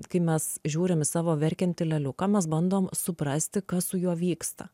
kai mes žiūrim į savo verkiantį leliuką mes bandom suprasti kas su juo vyksta